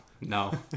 no